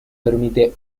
permite